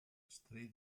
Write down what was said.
street